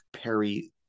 Perry